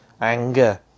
anger